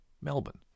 Melbourne